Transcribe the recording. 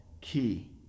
key